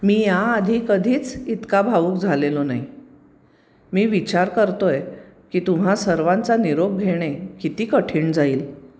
मी या आधी कधीच इतका भावूक झालेलो नाही मी विचार करतो आहे की तुम्हा सर्वांचा निरोप घेणे किती कठीण जाईल